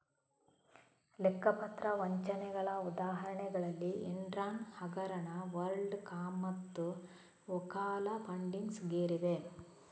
ಲೆಕ್ಕ ಪತ್ರ ವಂಚನೆಗಳ ಉದಾಹರಣೆಗಳಲ್ಲಿ ಎನ್ರಾನ್ ಹಗರಣ, ವರ್ಲ್ಡ್ ಕಾಮ್ಮತ್ತು ಓಕಾಲಾ ಫಂಡಿಂಗ್ಸ್ ಗೇರಿವೆ